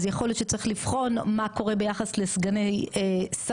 אז יכול להיות שצריך לבחון מה קורה ביחס לסגני שרים,